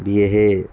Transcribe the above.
ਵੀ ਇਹ